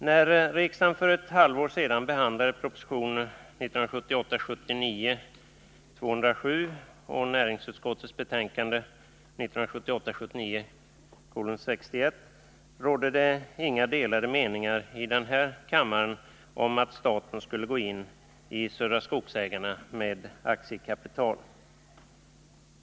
När riksdagen för ett halvår sedan behandlade propositionen 1978 79:61 rådde det inga delade meningar i denna kammare om att staten skulle gå in i Södra Skogsägarna med aktiekapital.